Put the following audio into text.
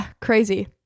crazy